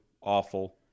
awful